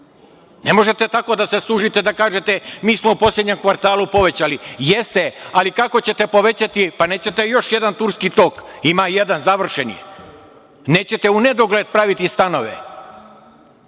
možete tako da kažete - mi smo u poslednjem kvartalu povećali. Jeste, ali kako ćete povećati, pa nećete još jedan Turski tok, ima jedan, završen je. Nećete u nedogled praviti stanove.